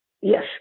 Yes